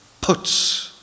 puts